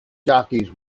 jockeys